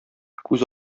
күз